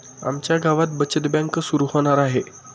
आमच्या गावात बचत बँक सुरू होणार आहे